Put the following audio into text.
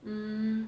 mm